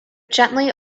gently